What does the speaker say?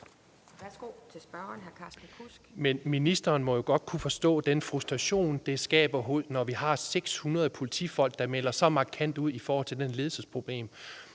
Men ministeren må jo kunne forstå den frustration, det skaber, når vi har 600 politifolk, der melder så markant ud i forhold til det ledelsesproblem.